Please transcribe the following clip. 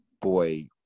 boy